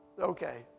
Okay